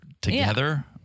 together